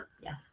yes